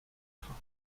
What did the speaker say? freins